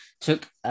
took